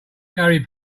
gary